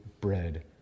bread